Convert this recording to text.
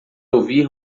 ouvir